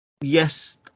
yes